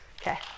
Okay